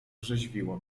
orzeźwiło